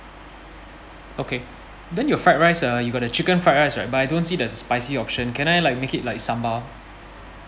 okay then your fried rice uh you got a chicken fried rice right but I don't see there's a spicy option can I like make it like sambal